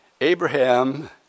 Abraham